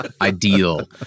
ideal